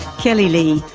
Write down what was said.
kelley lee,